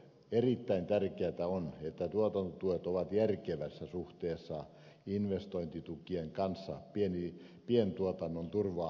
erittäin tärkeätä on että tuotantotuet ovat järkevässä suhteessa investointitukien kanssa pientuotannon turvaamiseksi